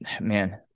Man